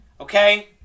Okay